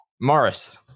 Morris